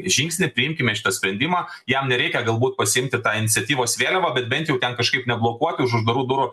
žingsnį priimkime šitą sprendimą jam reikia galbūt pasiimti tą iniciatyvos vėliavą bet bent jau ten kažkaip neblokuoti už uždarų durų